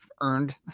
earned